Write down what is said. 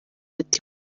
bati